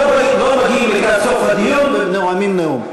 לא מגיעים לקראת סוף הדיון ונואמים נאום.